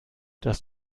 dass